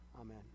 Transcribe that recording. Amen